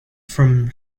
from